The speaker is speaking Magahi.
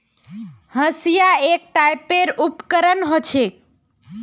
हंसिआ एक टाइपेर उपकरण ह छेक